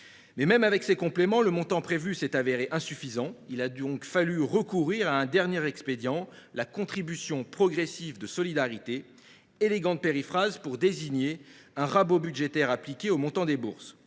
Même avec ces compléments, le montant prévu s’est révélé insuffisant. Il a donc fallu recourir à un dernier expédient, à savoir la contribution progressive de solidarité (CPS), élégante périphrase pour désigner un rabot budgétaire appliqué au montant des bourses…